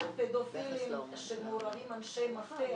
יש פדופילים שמעורבים אנשי מפתח,